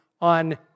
on